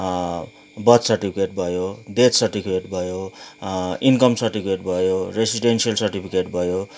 birth certificate भयो death certificate भयो income certificate भयो रेसिडेन्सियल सर्टिफिकेट भयो